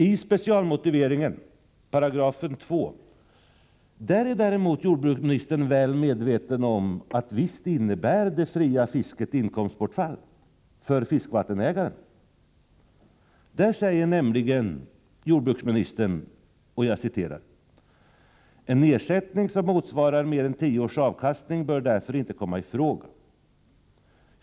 I specialmotiveringen till 2§ i lagen om ersättning är jordbruksministern däremot väl medveten om att det fria fisket visst innebär inkomstbortfall för fiskevattensägaren. Där säger nämligen jordbruksministern: ”En ersättning som motsvarar mer än tio års avkastning bör därför inte komma i fråga.